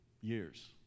Years